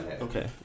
Okay